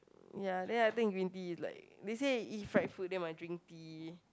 ya then I think green tea is like they say eat fried food then must drink tea